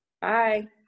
Bye